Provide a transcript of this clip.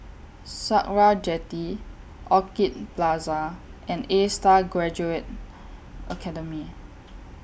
Sakra Jetty Orchid Plaza and A STAR Graduate Academy